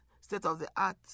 state-of-the-art